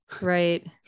right